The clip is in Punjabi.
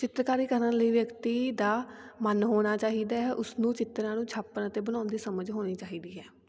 ਚਿੱਤਰਕਾਰੀ ਕਰਨ ਲਈ ਵਿਅਕਤੀ ਦਾ ਮਨ ਹੋਣਾ ਚਾਹੀਦਾ ਹੈ ਉਸਨੂੰ ਚਿੱਤਰਾਂ ਨੂੰ ਛਾਪਣ ਅਤੇ ਬਣਾਉਣ ਦੀ ਸਮਝ ਹੋਣੀ ਚਾਹੀਦੀ ਹੈ